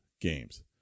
games